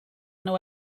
nhw